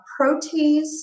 protease